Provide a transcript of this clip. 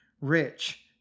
rich